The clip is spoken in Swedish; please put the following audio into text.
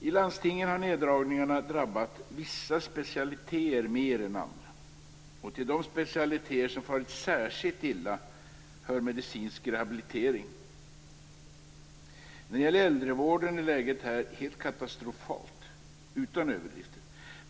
I landstingen har neddragningarna drabbat vissa specialiteter mer än andra. Till de specialiteter som farit särskilt illa hör medicinsk rehabilitering. När det gäller äldrevården är läget här utan överdrift helt katastrofalt.